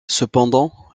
cependant